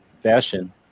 fashion